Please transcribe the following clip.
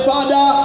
Father